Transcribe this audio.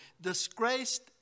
disgraced